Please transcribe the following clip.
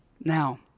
Now